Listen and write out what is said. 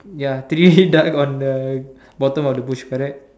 ya three duck on the bottom of the bush correct